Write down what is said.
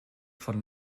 von